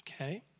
okay